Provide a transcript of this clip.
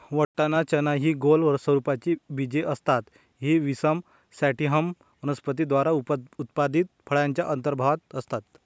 वाटाणा, चना हि गोल स्वरूपाची बीजे असतात ही पिसम सॅटिव्हम वनस्पती द्वारा उत्पादित फळाच्या अंतर्भागात असतात